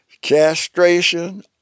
Castration